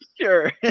Sure